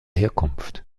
herkunft